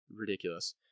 ridiculous